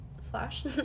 slash